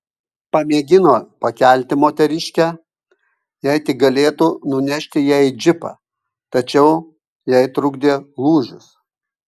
pamėgino pakelti moteriškę jei tik galėtų nunešti ją į džipą tačiau jai trukdė lūžis